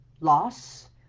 Loss